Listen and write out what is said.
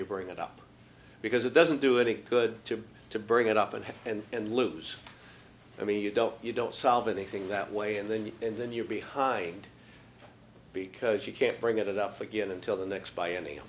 you bring it up because it doesn't do any good to to bring it up and have and lose i mean you don't you don't solve anything that way and then you and then you're behind because you can't bring it up again until the next by any